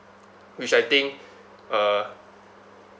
which I think uh